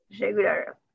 regular